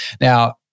Now